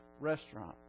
restaurant